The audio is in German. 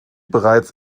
bereits